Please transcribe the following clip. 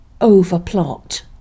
overplot